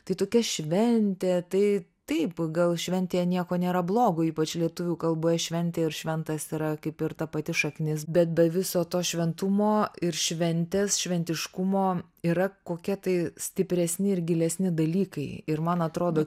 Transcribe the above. tai tokia šventė tai taip gal šventėje nieko nėra blogo ypač lietuvių kalboje šventė ir šventas yra kaip ir ta pati šaknis bet be viso to šventumo ir šventės šventiškumo yra kokie tai stipresni ir gilesni dalykai ir man atrodo